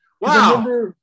Wow